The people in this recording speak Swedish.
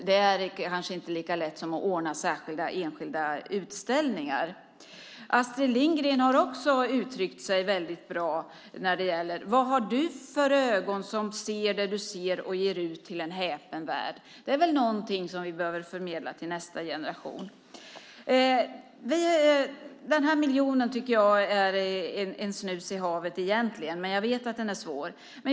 Det är kanske inte lika lätt som att ordna särskilda, enskilda utställningar. Astrid Lindgren har uttryckt sig väldigt bra: Vad har du för ögon som ser det du ser och ger ut till en häpen värld? Det är väl något som vi bör förmedla till nästa generation? Den här miljonen tycker jag egentligen är en snus i havet, men jag vet att den är svår att få fram.